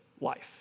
life